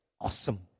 awesome